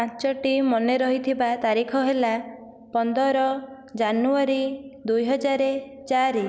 ପାଞ୍ଚୋଟି ମନେ ରହିଥିବା ତାରିଖ ହେଲା ପନ୍ଦର ଜାନୁଆରୀ ଦୁଇ ହଜାର ଚାରି